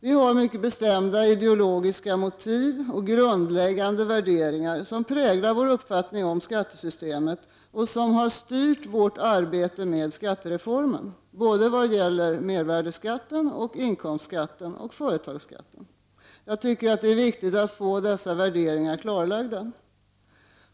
Vi har mycket bestämda ideologiska motiv och grundläggande värderingar, som präglar vår uppfattning om skattesystemet och som har styrt vårt arbete med skattereformen; arbetet med mervärdeskatten, inkomstskatten och företagsskatten. Jag tycker att det är viktigt att få dessa värderingar klarlagda.